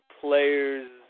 players